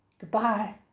goodbye